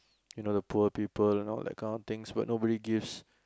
you know the poor people you know that kind of things but nobody gives